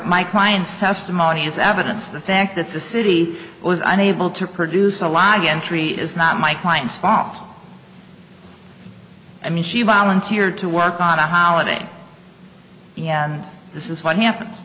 my clients testimony is evidence of the fact that the city was unable to produce a lie again three is not my client's farm i mean she volunteered to work on a holiday and this is what happens